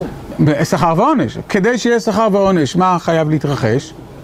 וסחר ועונש. כדי שיהיה סחר ועונש, מה חייב להתרחש?